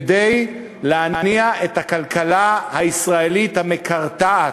כדי להניע את הכלכלה הישראלית המקרטעת,